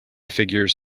figures